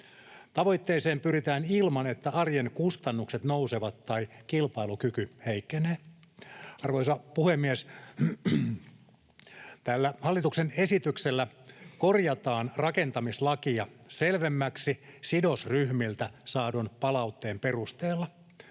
Tavoitteeseen pyritään ilman, että arjen kustannukset nousevat tai kilpailukyky heikkenee. Arvoisa puhemies! Tällä hallituksen esityksellä korjataan rakentamislakia selvemmäksi sidosryhmiltä saadun palautteen perusteella.